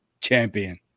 champion